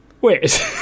Wait